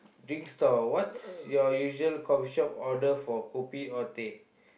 drink stall what's your usual coffee shop order for kopi or teh